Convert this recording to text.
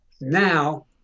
now